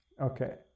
okay